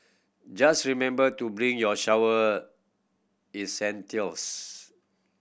just remember to bring your shower essentials